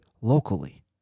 locally